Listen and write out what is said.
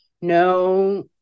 no